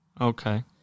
Okay